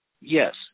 Yes